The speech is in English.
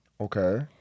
Okay